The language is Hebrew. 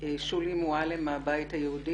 שולי מועלם מהבית היהודי,